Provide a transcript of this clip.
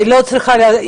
היא לא צריכה להסביר,